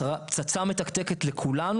שתצא הנחייה לזרועות הביצוע של הדברים הללו,